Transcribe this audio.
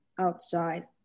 outside